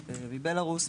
מבלרוס,